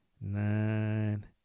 nine